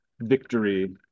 victory